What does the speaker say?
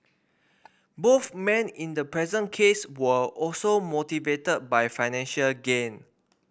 both men in the present case were also motivated by financial gain